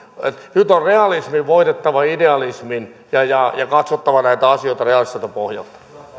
nyt on realismin voitettava idealismi ja ja katsottava näitä asioita realistiselta pohjalta